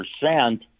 percent